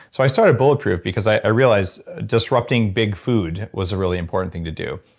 so i started bulletproof because i realized disrupting big food was a really important thing to do.